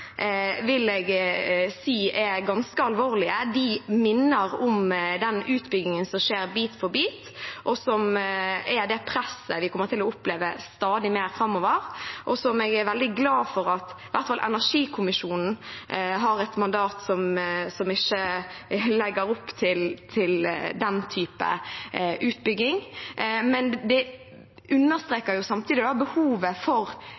vil jeg si er ganske alvorlige. De minner om den utbyggingen som skjer bit for bit, og som er det presset vi kommer til å oppleve stadig mer framover. Jeg er veldig glad for at energikommisjonen i hvert fall har et mandat som ikke legger opp til den type utbygging, men det understreker samtidig behovet for